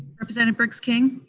representative briggs king?